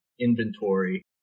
inventory